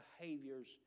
behaviors